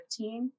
2015